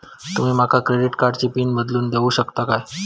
तुमी माका क्रेडिट कार्डची पिन बदलून देऊक शकता काय?